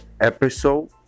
episode